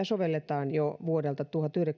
sovelletaan jo vuodelta